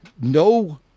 No